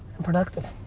and productive.